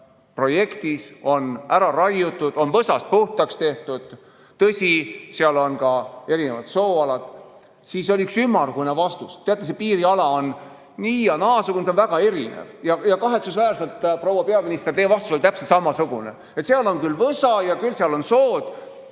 projektis: on kõik ära raiutud, on võsast puhtaks tehtud. Tõsi, seal on ka erinevad sooalad. Aga siis oli üks ümmargune vastus: teate, see piiriala on nii- ja naasugune, on väga erinev. Ja kahetsusväärselt, proua peaminister, teie vastus oli täpselt samasugune: seal on võsa ja küll seal on sood.